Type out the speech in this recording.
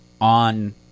on